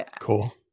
Cool